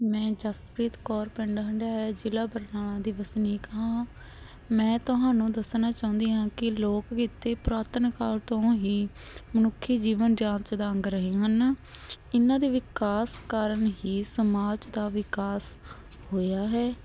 ਮੈਂ ਜਸਪ੍ਰੀਤ ਕੌਰ ਪਿੰਡ ਹੰਡਿਆਇਆ ਜ਼ਿਲ੍ਹਾ ਬਰਨਾਲਾ ਦੀ ਵਸਨੀਕ ਹਾਂ ਮੈਂ ਤੁਹਾਨੂੰ ਦੱਸਣਾ ਚਾਹੁੰਦੀ ਹਾਂ ਕਿ ਲੋਕ ਕਿੱਤੇ ਪੁਰਾਤਨ ਕਾਲ ਤੋਂ ਹੀ ਮਨੁੱਖੀ ਜੀਵਨ ਜਾਂਚ ਦਾ ਅੰਗ ਰਹੇ ਹਨ ਇਹਨਾਂ ਦੇ ਵਿਕਾਸ ਕਾਰਨ ਹੀ ਸਮਾਜ ਦਾ ਵਿਕਾਸ ਹੋਇਆ ਹੈ